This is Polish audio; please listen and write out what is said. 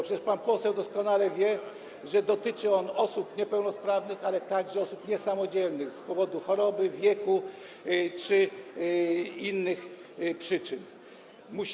Przecież pan poseł doskonale wie, że dotyczy to osób niepełnosprawnych, ale także osób niesamodzielnych z powodu choroby, wieku czy ze względu na inne przyczyny.